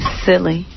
silly